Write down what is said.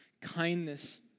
kindness